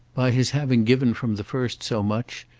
by his having given from the first so much,